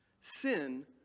sin